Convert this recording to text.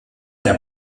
der